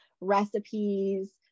recipes